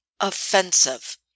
offensive